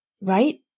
right